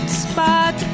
spot